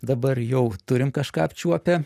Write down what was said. dabar jau turim kažką apčiuopę